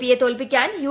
പിയെ തോൽപ്പിക്കാൻ യു